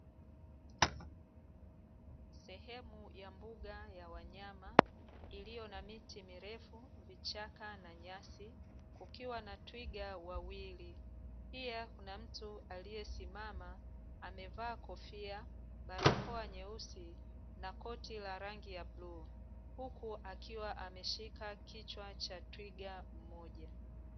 Sehemu ya mbuga ya wanyama iliyo na miti mirefu, vichaka na nyasi;; kukiwa na twiga wawili. Pia kuna mtu aliyesimama amevaa kofia, barakoa nyeusi na koti la rangi ya bluu; huku akiwa ameshika kichwa cha twiga mmoja.